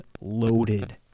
loaded